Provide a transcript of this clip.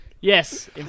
Yes